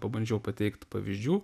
pabandžiau pateikt pavyzdžių